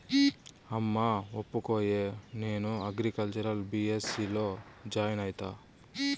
అమ్మా ఒప్పుకోయే, నేను అగ్రికల్చర్ బీ.ఎస్.సీ లో జాయిన్ అయితా